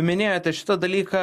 minėjote šitą dalyką